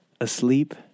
asleep